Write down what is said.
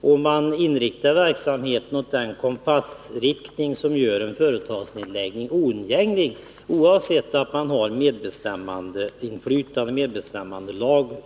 Och de inriktar verksamheten i den kompassriktning som gör en företagsnedläggning oundgänglig, oavsett de anställdas medinflytande och oavsett att det finns en medbestämmandelag.